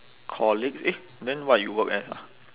colleagues eh then what you work as ah